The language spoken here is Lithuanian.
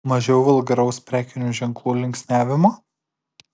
mažiau vulgaraus prekinių ženklų linksniavimo